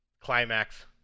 Climax